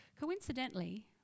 Coincidentally